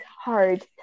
hard